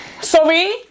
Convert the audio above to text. Sorry